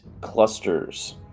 clusters